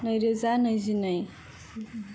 नै रोजा नैजिनै